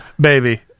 baby